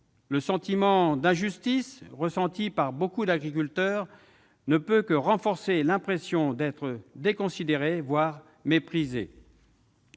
Le sentiment d'injustice que ressentent beaucoup d'agriculteurs ne peut que renforcer leur impression d'être déconsidérés, voire méprisés.